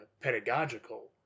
pedagogical